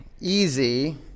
easy